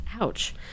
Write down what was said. Ouch